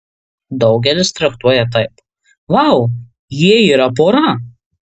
daugelis traktuoja taip vau jie yra pora